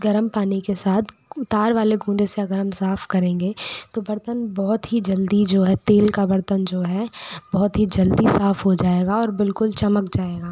गर्म पानी के साथ तार वाले कूंडे से अगर हम साफ़ करेंगे तो बर्तन बहुत ही जल्दी जो है तेल का बर्तन जो है बहुत ही जल्दी साफ़ हो जाएगा और बिल्कुल चमक जाएगा